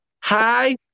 Hi